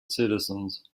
citizens